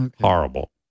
Horrible